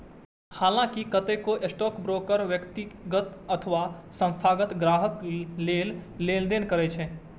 हलांकि कतेको स्टॉकब्रोकर व्यक्तिगत अथवा संस्थागत ग्राहक लेल लेनदेन करै छै